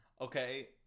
Okay